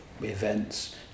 events